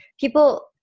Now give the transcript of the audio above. people